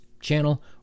channel